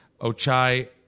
Ochai